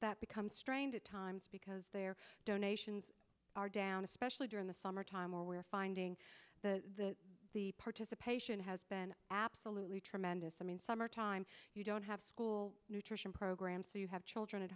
that becomes strained at times because their donations are down especially during the summer time or we're finding that the participation has been absolutely tremendous i mean summer time you don't have school nutrition programs so you have children at